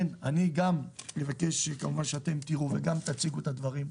אני גם מבקש כמובן שאתם תראו וגם תציגו את הדברים.